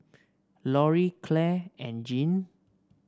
Loree Claire and Jeanne